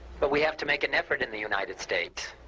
but we have to make an effort in the united states.